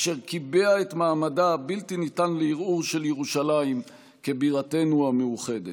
אשר קיבע את מעמדה הבלתי-ניתן לערעור של ירושלים כבירתנו המאוחדת.